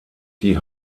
die